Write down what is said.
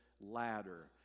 ladder